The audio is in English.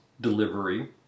delivery